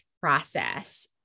process